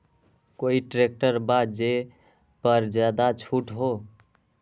कोइ ट्रैक्टर बा जे पर ज्यादा छूट हो?